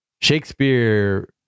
Shakespeare